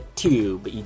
tube